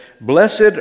Blessed